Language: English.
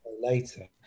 later